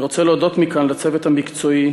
אני רוצה להודות מכאן לצוות המקצועי